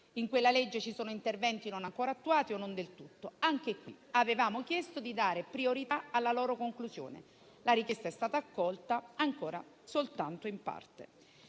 Nella legge citata ci sono interventi non ancora attuati o non del tutto. Anche qui avevamo chiesto di dare priorità alla loro conclusione; la richiesta è stata accolta soltanto in parte.